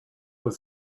was